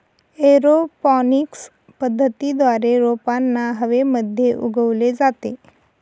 aeroponics पद्धतीद्वारे रोपांना हवेमध्ये उगवले जाते